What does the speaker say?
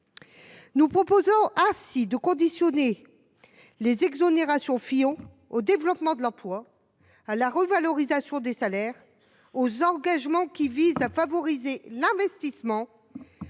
Nous proposons ainsi de conditionner les exonérations dites Fillon au développement de l’emploi, à la revalorisation des salaires, aux engagements qui visent à favoriser l’investissement